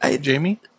Jamie